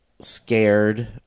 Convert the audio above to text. scared